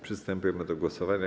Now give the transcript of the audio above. Przystępujemy do głosowania.